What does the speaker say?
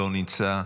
לא נמצא.